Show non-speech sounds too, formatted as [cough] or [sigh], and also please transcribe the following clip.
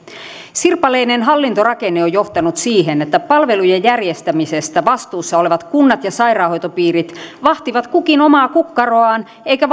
sirpaleinen hallintorakenne on johtanut siihen että palvelujen järjestämisestä vastuussa olevat kunnat ja sairaanhoitopiirit vahtivat kukin omaa kukkaroaan eikä [unintelligible]